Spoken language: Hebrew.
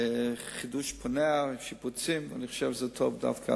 חידוש פנים, שיפוצים, אני חושב שזה דווקא